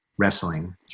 wrestling